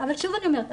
אבל שוב אני אומרת,